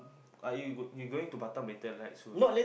uh you go you going to Batam later right soon